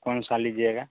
कौनसा लीजिएगा